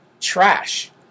trash